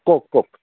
কওক কওক